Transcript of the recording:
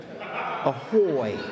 Ahoy